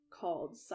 called